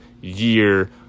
year